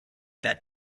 that